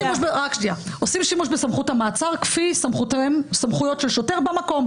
עושים שימוש בסמכות המעצר לפי סמכויות השוטר במקום.